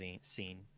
scene